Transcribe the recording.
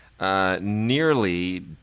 Nearly